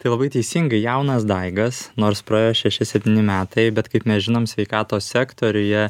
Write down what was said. tai labai teisingai jaunas daigas nors praėjo šeši septyni metai bet kaip mes žinom sveikatos sektoriuje